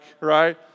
right